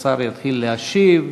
השר יתחיל להשיב,